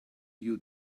you